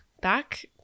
back